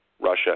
Russia